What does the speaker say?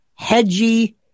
hedgy